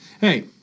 Hey